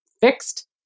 fixed